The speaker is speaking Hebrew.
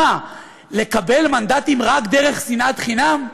מה, לקבל מנדטים רק דרך שנאת חינם?